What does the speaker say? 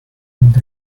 and